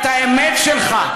את האמת שלך.